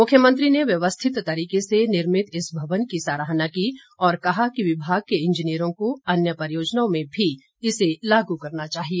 मुख्यमंत्री ने व्यवस्थित तरीके से निर्मित इस भवन की सराहना की और कहा कि विभाग के इंजीनियरों को अन्य परियोजनाओं में भी इसे लागू करना चाहिए